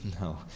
No